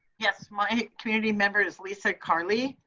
yes, my community member's lisa carley.